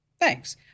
Thanks